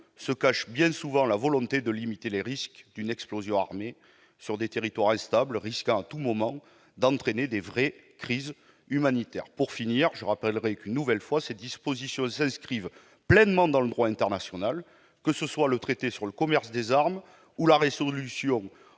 se cache bien souvent la volonté de limiter les risques d'une explosion armée sur des territoires instables, pouvant à tout moment déboucher sur de vraies crises humanitaires. Une nouvelle fois, ces dispositions s'inscrivent pleinement dans le droit international, que ce soit le traité sur le commerce des armes ou la résolution